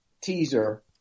teaser